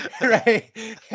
Right